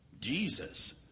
Jesus